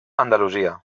andalusia